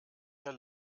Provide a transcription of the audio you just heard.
der